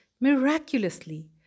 Miraculously